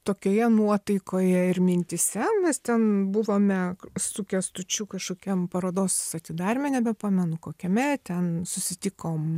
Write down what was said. tokioje nuotaikoje ir mintyse mes ten buvome su kęstučiu kažkokiam parodos atidaryme nebepamenu kokiame ten susitikom